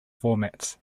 formats